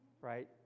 right